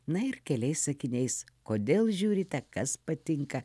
na ir keliais sakiniais kodėl žiūrite kas patinka